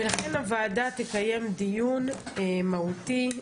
לכן הוועדה תקיים דיון מהותי,